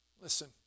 Listen